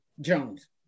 Jones